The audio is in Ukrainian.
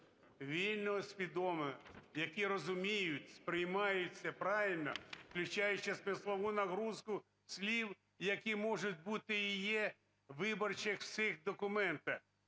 Вільне, свідоме, які розуміють, сприймаються правильно, включаючи смислову нагрузку слів, які можуть бути і є у виборчих цих документах.